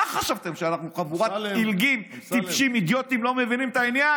מה חשבתם, שאנחנו חבורת עילגים, טיפשים, אידיוטים,